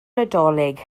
nadolig